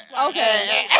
Okay